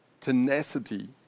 tenacity